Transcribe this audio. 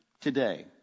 today